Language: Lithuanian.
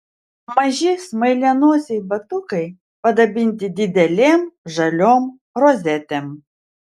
maži smailianosiai batukai padabinti didelėm žaliom rozetėm